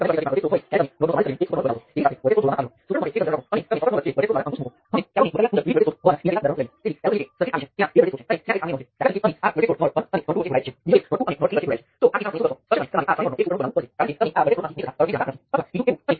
કારણ કે વોલ્ટેજ સ્ત્રોત દ્વારા કરંટ સર્કિટની અન્ય રીતે નક્કી કરવામાં આવે છે વોલ્ટેજ સ્ત્રોત દ્વારા નહીં